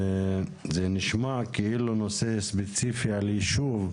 זה נשמע כאילו נושא ספציפי על ישוב,